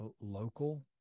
local